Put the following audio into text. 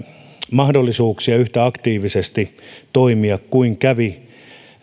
mahdollisuuksia yhtä aktiivisesti toimia kuin kävi